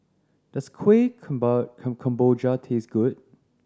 does Kueh Kemboja taste good